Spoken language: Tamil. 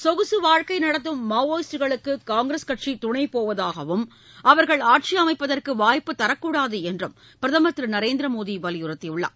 சொகுசு வாழ்க்கை நடத்தும் மாவோயிஸ்டுகளுக்கு காங்கிரஸ் கட்சி துணை போவதாகவும் அவர்கள் ஆட்சி அமைப்பதற்கு வாய்ப்பு தரக்கூடாது என்றும் பிரதமர் திரு நரேந்திர மோடி வலியுறுத்தியுள்ளார்